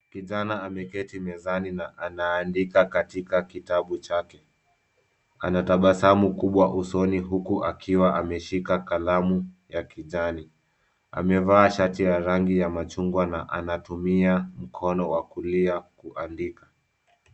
Kijana ameketi mezani na anaandika katika kitabu chake. Anatabasamu kubwa usoni huku akiwa ameshika kalamu ya kijani. Amevaa shati ya rangi ya machungwa na anatumia mkono wa kulia kuandika.